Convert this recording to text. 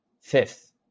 Fifth